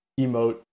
emote